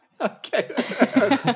Okay